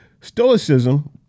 Stoicism